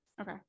Okay